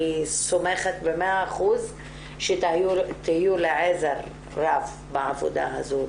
סומכת במאה אחוז שתהיו לעזר רב בעבודה הזו.